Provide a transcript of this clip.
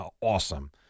awesome